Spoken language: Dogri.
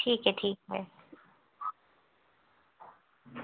ठीक ऐ ठीक ऐ